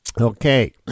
Okay